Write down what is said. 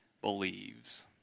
believes